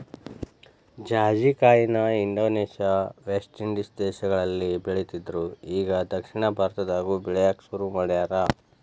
ಜಾಜಿಕಾಯಿನ Indonesia, West Indies ದೇಶಗಳಲ್ಲಿ ಬೆಳಿತ್ತಿದ್ರು ಇಗಾ ದಕ್ಷಿಣ ಭಾರತದಾಗು ಬೆಳ್ಯಾಕ ಸುರು ಮಾಡ್ಯಾರ